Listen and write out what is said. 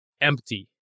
empty